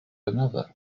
another